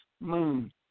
Moon